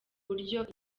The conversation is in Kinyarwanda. buryo